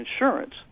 insurance